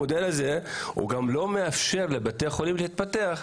המודל הזה גם לא מאפשר לבתי החולים להתפתח,